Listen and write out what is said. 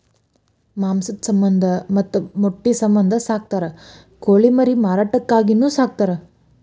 ಮಾಂಸದ ಸಮಂದ ಮತ್ತ ಮೊಟ್ಟಿ ಸಮಂದ ಸಾಕತಾರ ಕೋಳಿ ಮರಿ ಮಾರಾಟಕ್ಕಾಗಿನು ಸಾಕತಾರ